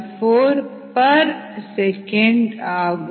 0914s ஆகும்